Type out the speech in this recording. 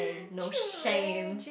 no shame